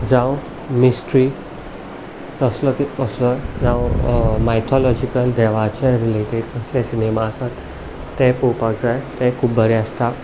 जावं मिस्ट्री कसलो कसलो जावं मायथलोजिकल देवाचे रिलेटिड कसले सिनेमा आसत ते पोवपाक जाय तेय खूब बरे आसता